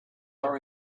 are